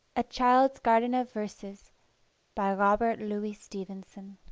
a child's garden of verses by robert louis stevenson